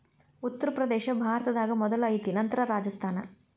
ಉತ್ತರ ಪ್ರದೇಶಾ ಭಾರತದಾಗ ಮೊದಲ ಐತಿ ನಂತರ ರಾಜಸ್ಥಾನ